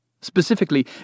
Specifically